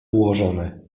ułożone